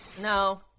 no